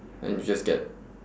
and you just get